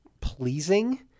pleasing